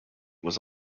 was